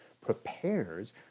prepares